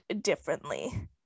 differently